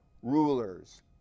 rulers